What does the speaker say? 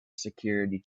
security